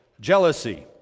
jealousy